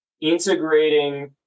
integrating